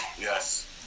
Yes